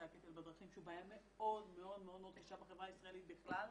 הקטל בדרכים שהוא בעיה מאוד מאוד קשה בחברה הישראלית בכלל,